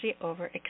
over